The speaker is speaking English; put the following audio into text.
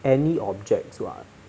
any objects [what]